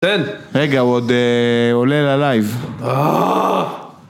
תן! רגע עוד אה... עולה ללייב אהההה!